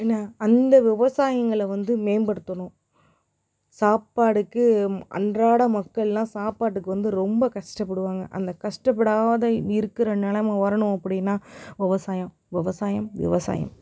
என்ன அந்த விவசாயிங்களை வந்து மேம்படுத்தணும் சாப்பாடுக்கு அன்றாட மக்கள்லாம் சாப்பாட்டுக்கு வந்து ரொம்ப கஷ்டப்படுவாங்க அந்த கஷ்டப்படாத இருக்கிற நிலாம வரணும் அப்படின்னா விவசாயம் விவசாயம் விவசாயம்